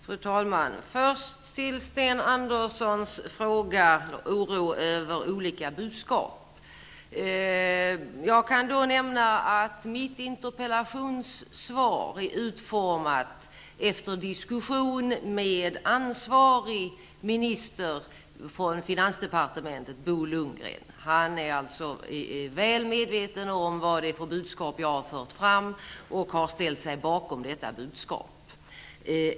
Fru talman! Först till Sten Anderssons oro över olika budskap. Jag kan då säga att mitt interpellationssvar är utformat efter diskussion med den ansvarige ministern i finansdepartementet, Bo Lundgren. Han är alltså väl medveten om vad det är för budskap jag har fört fram och har ställt sig bakom detta budskap.